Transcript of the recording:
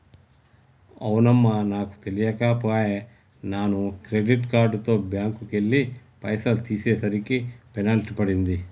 అవునమ్మా నాకు తెలియక పోయే నాను క్రెడిట్ కార్డుతో బ్యాంకుకెళ్లి పైసలు తీసేసరికి పెనాల్టీ పడింది